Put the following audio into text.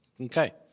Okay